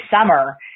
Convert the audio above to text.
summer